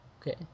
Okay